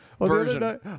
version